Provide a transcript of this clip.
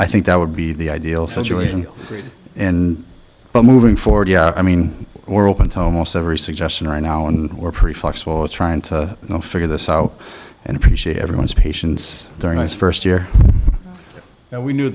i think that would be the ideal situation and but moving forward yeah i mean we're up until most every suggestion right now and we're pretty flexible trying to figure this out and appreciate everyone's patience during his first year and we knew